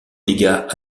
dégâts